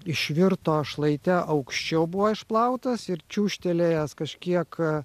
išvirto šlaite aukščiau buvo išplautas ir čiūžtelėjęs kažkiek